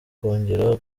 kongera